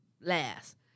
last